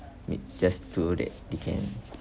m~ just so that they can